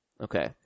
Okay